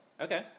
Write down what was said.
Okay